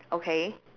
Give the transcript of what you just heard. okay